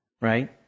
Right